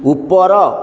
ଉପର